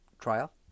trial